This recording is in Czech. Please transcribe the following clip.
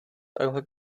takhle